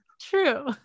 True